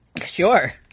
Sure